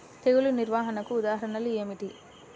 తెగులు నిర్వహణకు ఉదాహరణలు ఏమిటి?